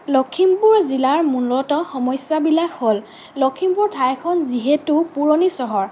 লখিমপুৰ জিলাৰ মূলতঃ সমস্যাবিলাক হ'ল লখিমপুৰ ঠাইখন যিহেতু পুৰণি চহৰ